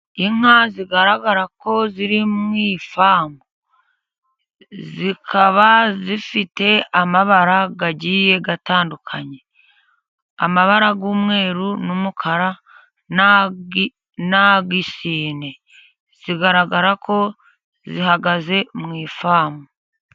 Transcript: Inka zigaragara ko ziri mu ifamu. Zikaba zifite amabara agiye atandukanye, amabara y'umweruru, n'umukara, n'ay'isine, zigaragara ko zihagaze mu ifamu.